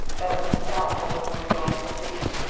that it was doubtful what the result would be.